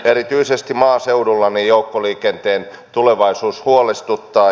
erityisesti maaseudulla joukkoliikenteen tulevaisuus huolestuttaa